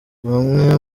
bamwe